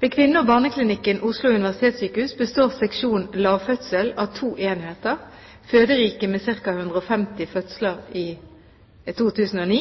Ved Kvinne- og barneklinikken, Oslo universitetssykehus, består seksjon lavfødsel av to enheter, Føderiket med ca. 150 fødsler i 2009